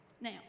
Now